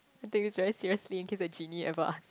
I take this very seriously in case a Genie ever asks